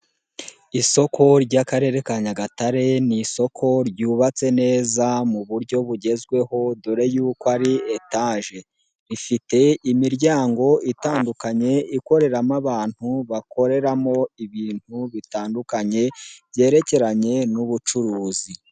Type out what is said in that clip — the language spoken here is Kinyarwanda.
Isoko ry'akarere ka Nyagatare, ni isoko ryubatse neza mu buryo bugezweho dore y'uko ari etaje, rifite imiryango itandukanye ikorerwamo, abantu bakoreramo ibintu bitandukanye byerekeranye n'ubucuruzi.